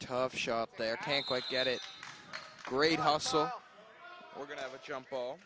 tough shop there can't quite get it great hall so we're going to have a jump ball